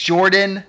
Jordan